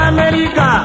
America